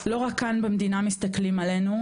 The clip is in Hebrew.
לא רק כאן במדינה מסתכלים עלינו,